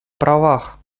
правах